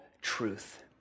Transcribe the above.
truth